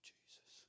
Jesus